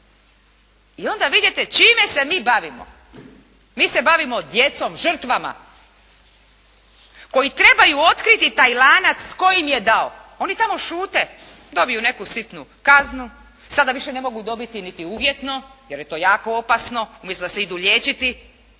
I onda vidite čime se mi bavimo. Mi se bavimo djecom, žrtvama koji trebaju otkriti taj lanac tko im je dao. Oni tamo šute. Dobiju neku sitnu kaznu. Sada više ne mogu dobiti niti uvjetno jer je to jako opasno, umjesto da se idu liječiti,